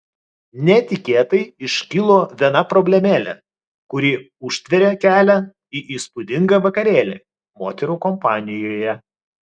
netikėtai iškilo viena problemėlė kuri užtvėrė kelią į įspūdingą vakarėlį moterų kompanijoje